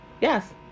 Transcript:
Yes